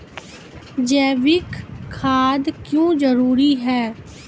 जैविक खाद क्यो जरूरी हैं?